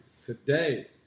Today